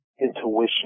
intuition